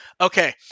Okay